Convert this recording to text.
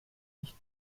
nicht